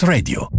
Radio